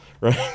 right